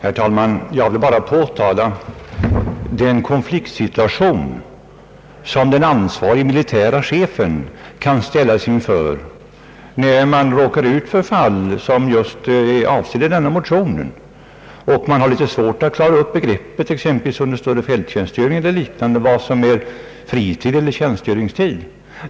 Herr talman! Jag vill påtala den konfliktsituation som den ansvarige militäre chefen kan råka i när det gäller sådana fall som avses med den föreliggande motionen. Det kan vara litet svårt att exempelvis under en stor fälttjänstövning eller liknande klara upp begreppet vad som är fritid eller tjänstgöringstid.